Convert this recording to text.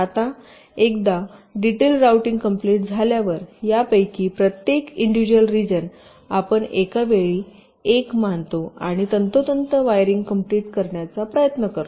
आता एकदा detail routing complete झाल्यावर यापैकी प्रत्येक इंडिजुअल रिजन आपण एका वेळी 1 मानतो आणि तंतोतंत वायरिंग कंप्लिट करण्याचा प्रयत्न करतो